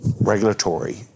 regulatory